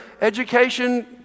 education